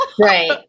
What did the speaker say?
Right